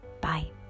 Bye